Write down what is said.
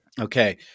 Okay